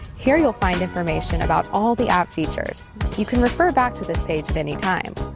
here you'll find information about all the app features you can refer back to this page at any time.